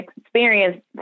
experience